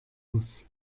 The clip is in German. muss